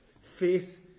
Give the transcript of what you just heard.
faith